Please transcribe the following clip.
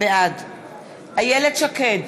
בעד איילת שקד,